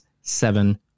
seven